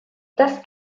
das